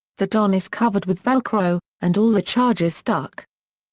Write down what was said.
the don is covered with velcro, and all the charges stuck.